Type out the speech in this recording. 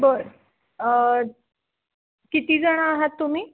बरं किती जण आहात तुम्ही